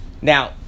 now